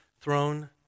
throne